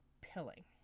pilling